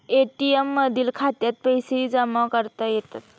ATM मधील खात्यात पैसेही जमा करता येतात